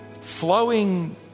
flowing